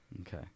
Okay